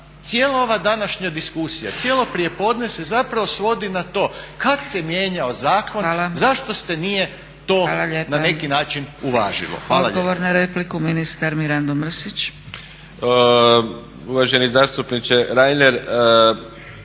cijela ova današnja diskusija, cijelo prijepodne se zapravo svodi na to kad se mijenjao zakon zašto se nije to na neki način uvažilo. Hvala lijepo.